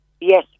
Yes